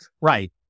Right